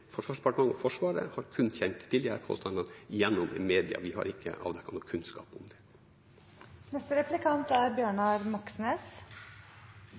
Forsvarsdepartementet og Forsvaret kun har kjent til disse påstandene gjennom media, vi har ikke avdekket noe kunnskap om